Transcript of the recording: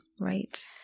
Right